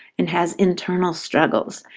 and has internal struggles.